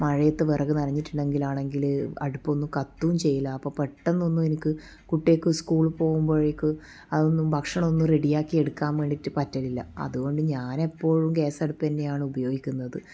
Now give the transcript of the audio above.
മഴയത്ത് വിറക് നനഞ്ഞിട്ടുണ്ടെങ്കിൽ ആണെങ്കിൽ അടുപ്പ് ഒന്നും കത്തുവും ചെയ്യില്ല അപ്പം പെട്ടെന്ന് ഒന്നും എനിക്ക് കുട്ടികൾക്ക് സ്കൂളിൽ പോകുമ്പോഴേക്കും അതൊന്നും ഭക്ഷണം ഒന്നും റെഡിയാക്കി എടുക്കാൻ വേണ്ടിയിട്ട് പറ്റുന്നില്ല അതുകൊണ്ട് ഞാൻ എപ്പോഴും ഗ്യാസ് അടുപ്പ് തന്നെ ആണ് ഉപയോഗിക്കുന്നത്